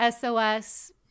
sos